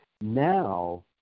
Now